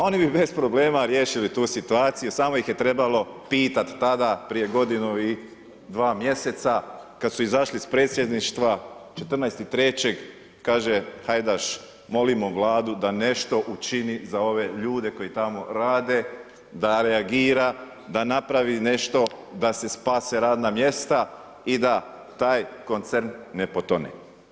Oni bi bez problema riješili tu situaciju samo ih je trebalo pitati tada prije godinu i dva mjeseca kad su izašli iz predsjedništva, 14.3., kaže Hajdaš molimo Vladu da nešto učini za ove ljude koji tamo rade, da reagira, da napravi nešto da se spase radna mjesta i da taj koncern ne potone.